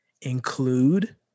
include